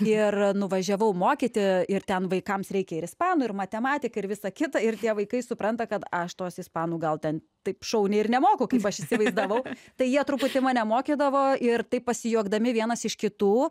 ir nuvažiavau mokyti ir ten vaikams reikia ir ispanų ir matematiką ir visa kita ir tie vaikai supranta kad aš tos ispanų gal ten taip šauniai ir nemoku kaip aš įsivaizdavau tai jie truputį mane mokydavo ir taip pasijuokdami vienas iš kitų